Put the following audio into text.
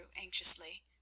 anxiously